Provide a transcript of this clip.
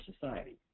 society